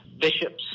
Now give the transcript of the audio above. Bishops